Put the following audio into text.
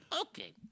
Okay